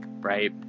right